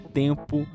tempo